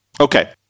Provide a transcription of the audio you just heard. Okay